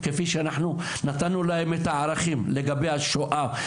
כפי שנתנו להם את הערכים לגבי השואה,